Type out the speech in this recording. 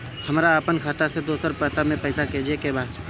हमरा आपन खाता से दोसरा खाता में पइसा भेजे के बा